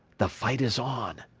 the fight is on.